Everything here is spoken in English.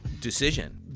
decision